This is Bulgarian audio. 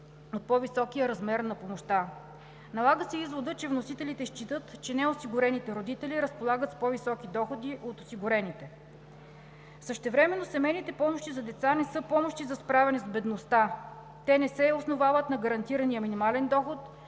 от по-високия размер на помощта. Налага се изводът, че вносителите считат, че неосигурените родители разполагат с по-високи доходи от осигурените. Същевременно семейните помощи за деца не са помощи за справяне с бедността, те не се основават на гарантирания минимален доход,